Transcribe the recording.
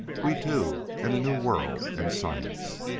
we two and a new world and science!